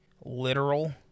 literal